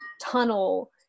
tunnel